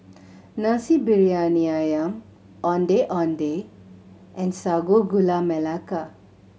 Nasi Briyani Ayam Ondeh Ondeh and Sago Gula Melaka